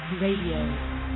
Radio